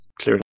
clearly